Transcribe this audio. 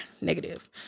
negative